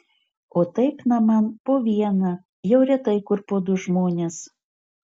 o taip naman po vieną jau retai kur po du žmones